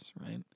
right